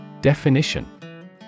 Definition